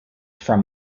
from